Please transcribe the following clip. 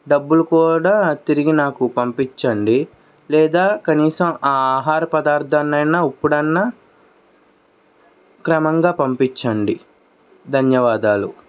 డబ్బులు కూడా తిరిగి నాకు పంపించండి లేదా కనీసం ఆ ఆహార పదార్థాన్నీ అయినా ఇప్పుడన్నా క్రమంగా పంపించండి ధన్యవాదాలు